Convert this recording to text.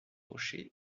rochers